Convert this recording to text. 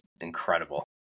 incredible